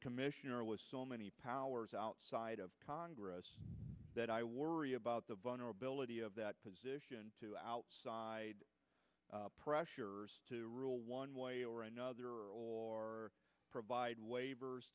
commissioner was so many powers outside of congress that i worry about the vulnerability of that position to outside pressure to rule one way or another or provide waivers